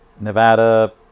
Nevada